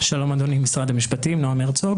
אני ממשרד המשפטים.